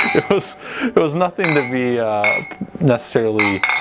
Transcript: it was there was nothing to be necessarily